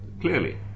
clearly